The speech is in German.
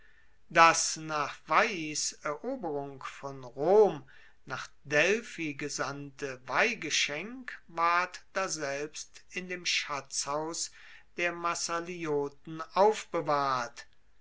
das nach veiis eroberung von rom nach delphi gesandte weihgeschenk ward daselbst in dem schatzhaus der massalioten aufbewahrt